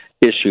issue